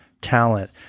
talent